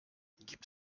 gibt